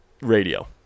Radio